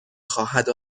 خواهد